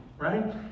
right